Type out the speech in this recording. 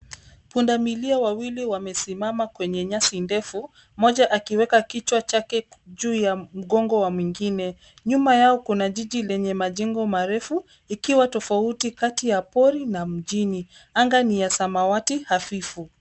Pundamilia wawili wamesimama kwenye nyasi ndefu, mmoja akiweka kichwa chake juu ya mgongo wa mwingine. Nyuma yao kuna jiji lenye majengo marefu ikiwa tofauti kati ya pori na mjini. Anga ni ya samawati hafifu.